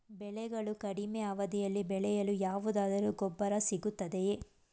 ಬೆಳೆಗಳು ಕಡಿಮೆ ಅವಧಿಯಲ್ಲಿ ಬೆಳೆಯಲು ಯಾವುದಾದರು ಗೊಬ್ಬರ ಸಿಗುತ್ತದೆಯೇ?